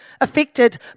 affected